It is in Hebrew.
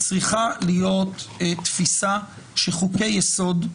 אני רוצה לומר עכשיו על הנושא של הפרדת הרשויות וריסון ואיזון.